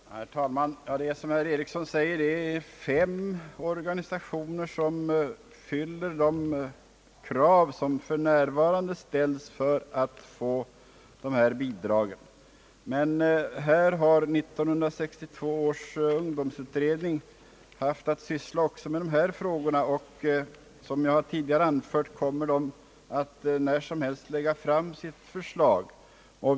Herr talman! Det är som herr Eriksson säger så, att fem organisationer fyller de krav som för närvarande ställs för att få dessa bidrag. Men 1962 års ungdomsutredning har haft att syssla också med dessa frågor, och som jag tidigare anfört kommer den att när som helst lägga fram sitt förslag.